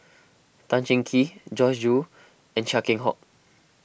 Tan Cheng Kee Joyce Jue and Chia Keng Hock